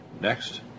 Next